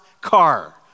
car